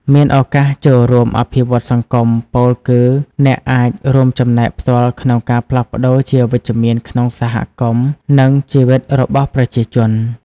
មានឱកាសចូលរួមអភិវឌ្ឍន៍សង្គម ពោលគឺអ្នកអាចរួមចំណែកផ្ទាល់ក្នុងការផ្លាស់ប្តូរជាវិជ្ជមានក្នុងសហគមន៍ និងជីវិតរបស់ប្រជាជន។